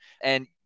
And-